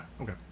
okay